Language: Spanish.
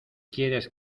quieres